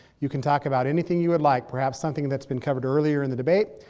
you can talk about anything you would like, perhaps something that's been covered earlier in the debate,